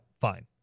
fine